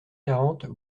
quarante